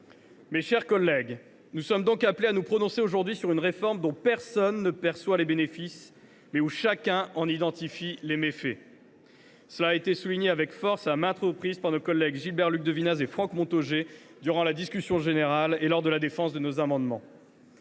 Mes chers collègues, nous sommes donc appelés à nous prononcer aujourd’hui sur une réforme dont personne ne perçoit les bénéfices, mais dont chacun identifie les méfaits. Cela a été souligné avec force et à maintes reprises par mes collègues Gilbert Luc Devinaz et Franck Montaugé durant la discussion générale et lors de la défense de nos amendements.